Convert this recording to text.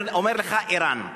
הוא אומר לך: אירן.